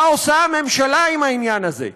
מה עושה הממשלה עם העניין הזה?